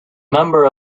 member